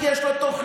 כי יש לו תוכנית,